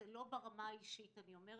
ולא ברמה האישית אני אומרת.